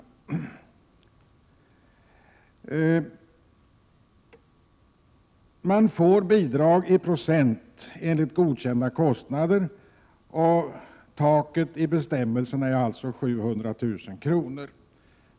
Bidrag utgår alltså i procent av godkända kostnader, och taket är enligt bestämmelserna 700 000 kr.